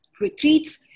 retreats